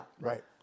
Right